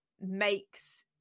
makes